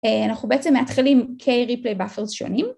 אנחנו בעצם מתחילים כ-replay buffers שונים